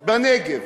בנגב.